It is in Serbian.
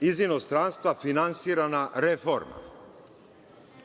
iz inostranstva finansirana reforma.